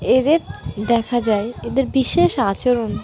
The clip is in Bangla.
এদের দেখা যায় এদের বিশেষ আচরণ